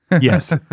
Yes